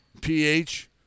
PH